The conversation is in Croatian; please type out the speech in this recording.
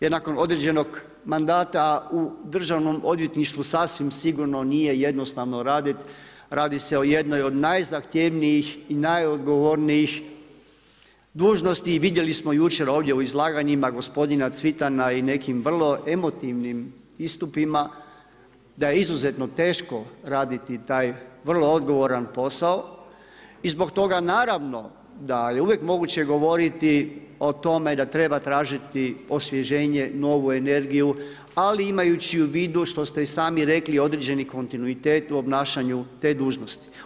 Jer nakon određenog mandat u Državnom odvjetništvu, sasvim sigurno nije jednostavno raditi, radi se o jednoj od najzahtjevnijih i najodgovornijih dužnosti i vidjeli smo jučer ovdje u izlaganjima, gospodina Cvitana i nekim vrlo emotivnim istupima da je izuzetno teško raditi taj vrlo odgovoran posao i zbog toga naravno da je uvijek moguće govoriti o tome da treba tražiti osvježenje, novu energiju, ali imajući u vidu, što ste i sami rekli, određeni kontinuitet u obnašanju te dužnosti.